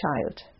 child